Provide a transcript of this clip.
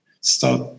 start